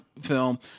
film